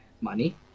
money